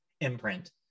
imprint